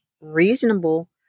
reasonable